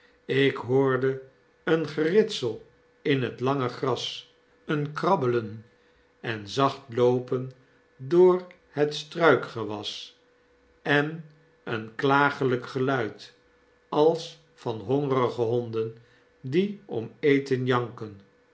ik hoorde een geritsel in het lange gras een krabben en zacht loopen door het struikgewas en een klaaglijk geluid als van hongerige honden die om eten janken